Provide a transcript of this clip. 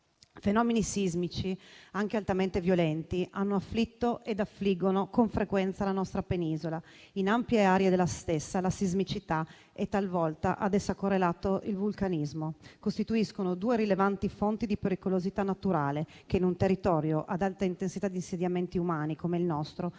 Fenomeni sismici, anche altamente violenti, hanno afflitto e affliggono con frequenza la nostra Penisola; in ampie aree della stessa, alla sismicità è talvolta correlato il vulcanismo e costituiscono due rilevanti fonti di pericolosità naturale che, in un territorio ad alta intensità di insediamenti umani come il nostro,